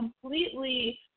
completely